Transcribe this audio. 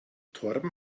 torben